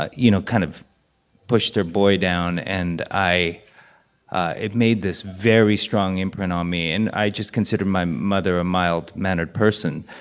but you know, kind of pushed her boy down. and i it made this very strong imprint on me. and i just considered my mother a mild-mannered person.